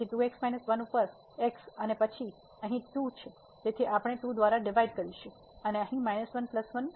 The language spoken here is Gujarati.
તેથી 2x 1 ઉપર x અને પછી અહીં 2 તેથી આપણે 2 દ્વારા ડિવાઈડ કરશું અને અહીં 1 1